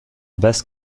base